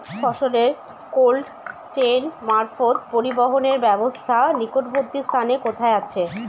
ফসলের cold chain মারফত পরিবহনের ব্যাবস্থা নিকটবর্তী স্থানে কোথায় আছে?